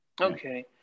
okay